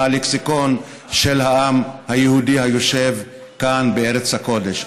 מהלקסיקון של העם היהודי היושב כאן בארץ הקודש.